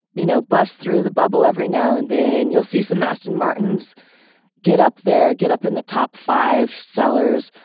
you know, bust through the bubble every now and then and you'll see some aston martins get up there, get up in the top five sellers.